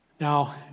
Now